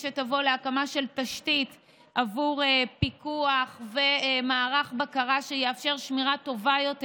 שתבוא להקמה של תשתית עבור פיקוח ומערך בקרה שיאפשר שמירה טובה יותר